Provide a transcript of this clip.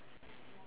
ya